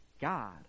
God